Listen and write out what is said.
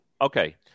Okay